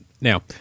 now